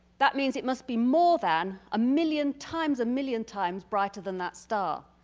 that means it must be more than a million times a million times brighter than that star.